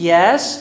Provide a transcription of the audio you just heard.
Yes